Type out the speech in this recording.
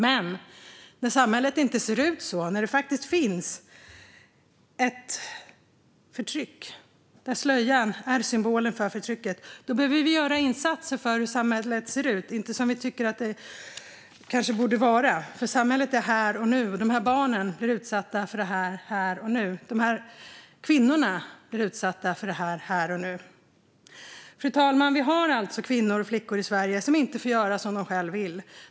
Men samhället ser inte ut så. Det finns ett förtryck, och slöjan är symbolen för det förtrycket. Vi behöver göra insatser enligt hur samhället faktiskt ser ut, inte enligt hur vi tycker att det borde se ut. Här och nu har vi ett samhälle där de här barnen och kvinnorna blir utsatta för detta. Fru talman! Vi har alltså kvinnor och flickor i Sverige som inte får göra som de själva vill.